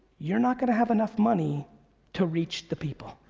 you're not gonna have enough money to reach the people.